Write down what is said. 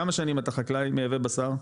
כמה שנים אתה חקלאי מייבא בשר?